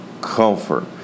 comfort